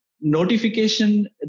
notification